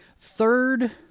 Third